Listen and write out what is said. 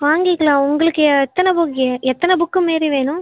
வாங்கிக்கலாம் உங்களுக்கு எத்தனை புக்கு எத்தனை புக்கு மாரி வேணும்